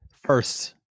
First